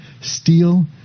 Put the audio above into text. steal